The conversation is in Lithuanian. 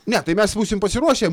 ne tai mes būsim pasiruošę